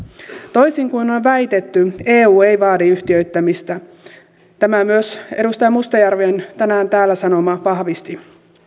toisin kuin on on väitetty eu ei vaadi yhtiöittämistä tämän myös edustaja mustajärven tänään täällä sanoma vahvisti